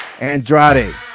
andrade